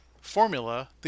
formula